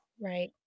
Right